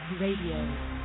Radio